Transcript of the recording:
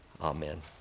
amen